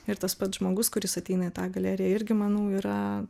ir tas pats žmogus kuris ateina į tą galeriją irgi manau yra